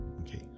okay